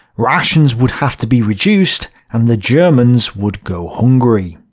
rations would have to be reduced, and the germans would go hungry.